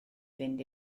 fynd